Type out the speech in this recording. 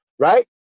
right